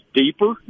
deeper